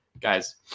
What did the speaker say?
Guys